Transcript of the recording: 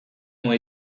ont